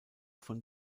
von